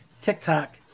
TikTok